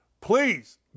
Please